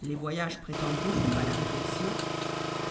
les voyages prêtant beaucoup à la réflexion